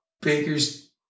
Baker's